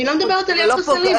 אני לא מדברת על יחס אלים,